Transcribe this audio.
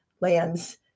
lands